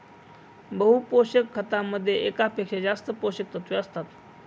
बहु पोषक खतामध्ये एकापेक्षा जास्त पोषकतत्वे असतात